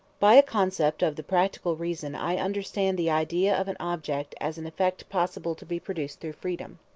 by a concept of the practical reason i understand the idea of an object as an effect possible to be produced through freedom.